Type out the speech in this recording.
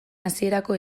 hasierako